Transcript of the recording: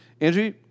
Andrew